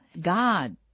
God